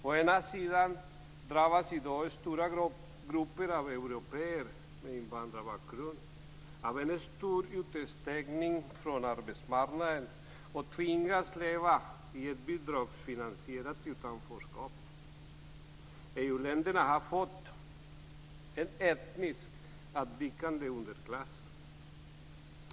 Å ena sidan drabbas i dag stora grupper av européer med invandrarbakgrund av en stor utestängning från arbetsmarknaden och tvingas leva i ett bidragsfinansierat utanförskap. EU-länderna har fått en etniskt avvikande underklass.